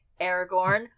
Aragorn